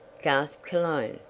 gasped cologne.